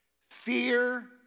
fear